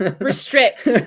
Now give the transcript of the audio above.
Restrict